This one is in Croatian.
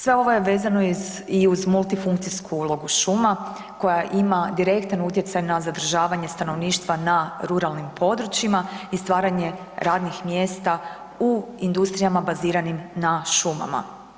Sve ovo je vezano i uz multifunkcijsku ulogu šuma koja ima direktan utjecaj na zadržavanje stanovništva na ruralnim područjima i stvaranje radnih mjesta u industrijama baziranim na šumama.